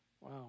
Wow